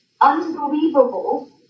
unbelievable